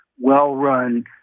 well-run